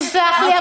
תסלח לי,